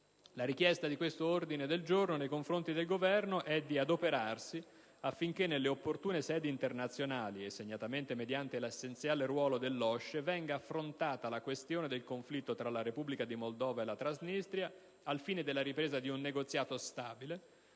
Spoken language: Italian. La richiesta di questo ordine del giorno nei confronti del Governo è di adoperarsi affinché nelle opportune sedi internazionali, e segnatamente mediante l'essenziale ruolo dell'OSCE, venga affrontata la questione del conflitto tra la Repubblica di Moldova e la Transnistria, al fine della ripresa di un negoziato stabile